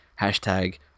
hashtag